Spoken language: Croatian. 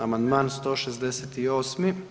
Amandman 168.